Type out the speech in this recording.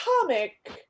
comic